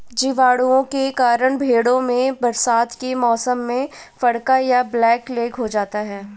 जीवाणुओं के कारण भेंड़ों में बरसात के मौसम में फड़का या ब्लैक लैग हो जाता है